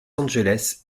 angeles